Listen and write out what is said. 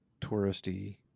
touristy